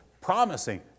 promising